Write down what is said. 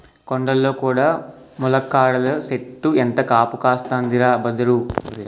కొండల్లో కూడా ములక్కాడల సెట్టు ఎంత కాపు కాస్తందిరా బదరూ